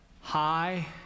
hi